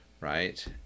right